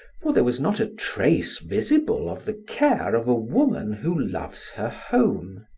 for there was not a trace visible of the care of a woman who loves her home.